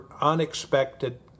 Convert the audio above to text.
unexpected